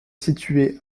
situé